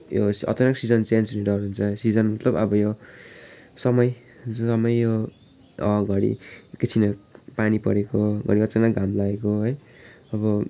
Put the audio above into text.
यो अचानक season change हुने डर हुन्छ सिजन मतलब अब यो समय जुन समय यो घरि एकैछिनमा पानी परेको घरि अचानक घाम लागेको है अब